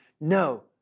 No